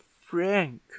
Frank